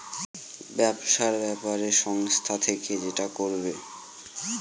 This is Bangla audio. ব্যবসার ব্যাপারে সংস্থা থেকে যেটা করবে